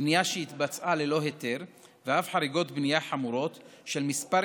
בנייה שהתבצעה ללא היתר ואף חריגות בנייה חמורות של כמה